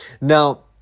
Now